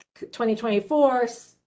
2024